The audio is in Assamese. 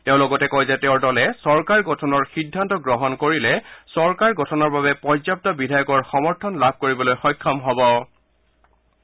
তেওঁ লগতে কয় যে তেওঁৰ দলে চৰকাৰ গঠনৰ সিদ্ধান্ত গ্ৰহণ কৰিলে চৰকাৰ গঠনৰ বাবে পৰ্যাপ্ত বিধায়কৰ সমৰ্থন লাভ কৰিবলৈ সক্ষম হ'ব